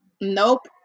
nope